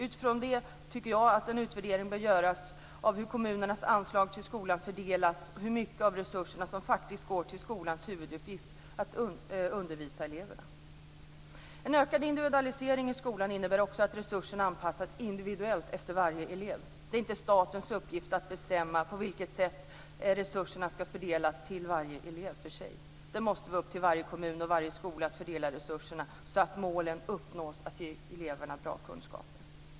Utifrån det tycker jag att en utvärdering bör göras av hur kommunernas anslag till skolan fördelas och av hur mycket av resurserna som faktiskt går till skolans huvuduppgift, att undervisa eleverna. En ökad individualisering i skolan innebär att resurserna anpassas individuellt efter varje elev. Det är inte statens uppgift att bestämma på vilket sätt resurserna ska fördelas till varje elev för sig. Det måste vara upp till varje kommun och varje skola att fördela resurserna så att man uppnår målet att ge eleverna bra kunskaper.